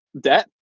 debt